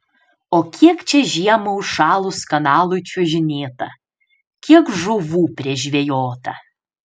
o kiek čia žiemą užšalus kanalui čiuožinėta kiek žuvų prižvejota